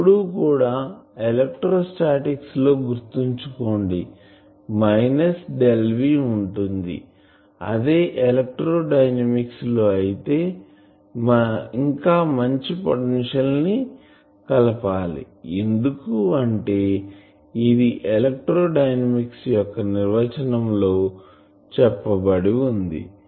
ఎప్పుడుకూడా electrostatics లో గుర్తుంచుకోండి minus del V ఉంటుందిఅదే ఎలక్ట్రోడైనమిక్ లో అయితే ఇంకా మంచి పొటెన్షియల్ ని కలపాలి ఎందుకంటే అది ఎలక్ట్రోడైనమిక్స్ యొక్క నిర్వచనం లో చెప్పబడి వుంది